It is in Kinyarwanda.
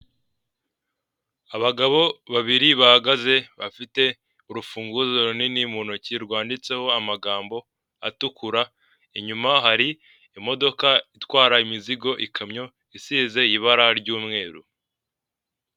Abagabo babiri bahagaze, bafite urufunguzo runini mu ntoki, rwanditseho amagambo atukura, inyuma hari imodoka itwara imizigo, ikamyo isize ibara ry'umweru.